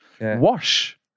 wash